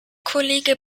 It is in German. kollege